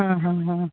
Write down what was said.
ಹಾಂ ಹಾಂ ಹಾಂ